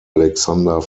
alexander